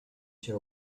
się